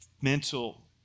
mental